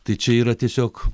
tai čia yra tiesiog